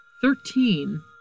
thirteen